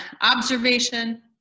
observation